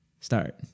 start